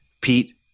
Pete